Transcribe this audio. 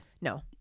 no